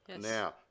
Now